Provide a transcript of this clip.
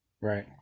right